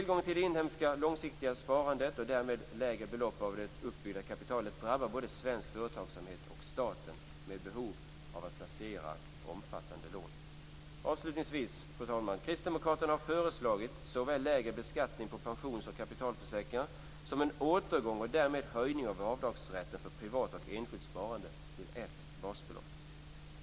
En minskning av det inhemska långsiktiga sparandet och därmed mindre uppbyggt kapital drabbar både svensk företagsamhet och staten. Det uppkommer ett behov av att placera omfattande lån. Avslutningsvis, fru talman, vill jag säga att kristdemokraterna har föreslagit såväl lägre beskattning på pensions och kapitalförsäkringar som en återgång till vad som gällde tidigare för avdragsrätten för privat och enskilt pensionssparande, vilket innebär en höjning till ett basbelopp.